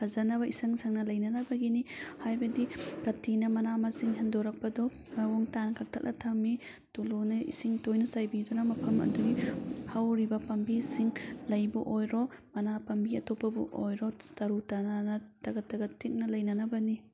ꯐꯖꯅꯕ ꯏꯁꯪ ꯁꯪꯅ ꯂꯩꯅꯅꯕꯒꯤꯅꯤ ꯍꯥꯏꯕꯗꯤ ꯀꯥꯇꯤꯅ ꯃꯅꯥ ꯃꯁꯤꯡ ꯍꯦꯟꯗꯣꯔꯛꯄꯗꯨ ꯃꯑꯣꯡ ꯇꯥꯅ ꯀꯛꯊꯠꯂ ꯊꯝꯃꯤ ꯇꯨꯂꯨꯅ ꯏꯁꯤꯡ ꯇꯣꯏꯅ ꯆꯥꯏꯕꯤꯗꯨꯅ ꯃꯐꯝ ꯑꯗꯨꯒꯤ ꯍꯧꯔꯤꯕ ꯄꯥꯝꯕꯤꯁꯤꯡ ꯂꯩꯕ ꯑꯣꯏꯔꯣ ꯃꯅꯥ ꯄꯥꯝꯕꯤ ꯑꯇꯣꯞꯄꯕꯨ ꯑꯣꯏꯔꯣ ꯇꯔꯨ ꯇꯅꯥꯟꯅ ꯇꯒꯠ ꯇꯒꯠ ꯇꯦꯛꯅ ꯂꯩꯅꯅꯕꯅꯤ